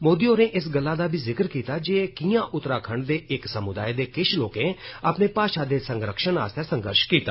मोदी होरें इस गल्ला दा बी जिक्र कीता जे कियां उत्तराखंड दे इक समुदाए दे किश लोकें अपनी भाषा दे संरक्षण आस्तै संघर्ष कीता